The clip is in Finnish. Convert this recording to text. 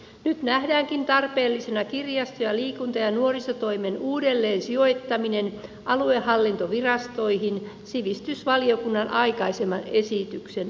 nyt nähdäänkin tarpeellisena kirjasto liikunta ja nuorisotoimen uudelleen sijoittaminen aluehallintovirastoihin sivistysvaliokunnan aikaisemman esityksen mukaisesti